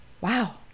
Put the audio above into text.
wow